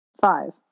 five